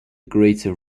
greater